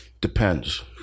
Depends